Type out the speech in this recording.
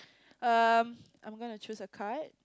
um I'm gonna choose a card